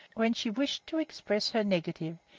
when she wished to express her negative,